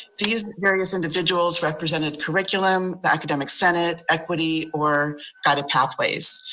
these various individuals represented curriculum, the academic senate, equity, or guided pathways.